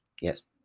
Yes